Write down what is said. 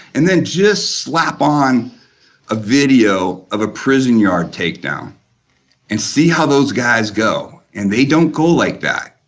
and then just slap on a video of a prison yard takedown and see how those guys go and they don't go like that.